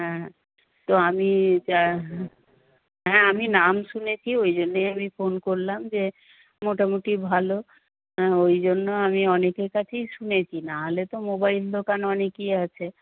হ্যাঁ তো আমি হ্যাঁ আমি নাম শুনেছি ওই জন্যই আমি ফোন করলাম যে মোটামুটি ভালো হ্যাঁ ওই জন্য আমি অনেকের কাছেই শুনেছি নাহলে তো মোবাইল দোকান অনেকই আছে